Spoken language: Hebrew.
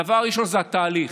הדבר הראשון זה התהליך.